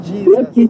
Jesus